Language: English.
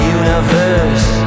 universe